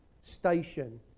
station